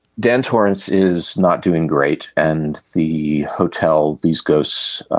dan torrance is not doing great. and the hotel. these ghosts